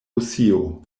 rusio